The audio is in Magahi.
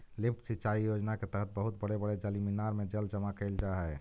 लिफ्ट सिंचाई योजना के तहत बहुत बड़े बड़े जलमीनार में जल जमा कैल जा हई